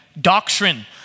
doctrine